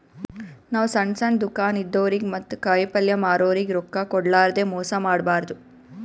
ನಾವ್ ಸಣ್ಣ್ ಸಣ್ಣ್ ದುಕಾನ್ ಇದ್ದೋರಿಗ ಮತ್ತ್ ಕಾಯಿಪಲ್ಯ ಮಾರೋರಿಗ್ ರೊಕ್ಕ ಕೋಡ್ಲಾರ್ದೆ ಮೋಸ್ ಮಾಡಬಾರ್ದ್